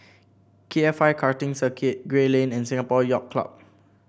K F I Karting Circuit Gray Lane and Singapore Yacht Club